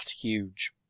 huge